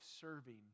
serving